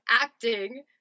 acting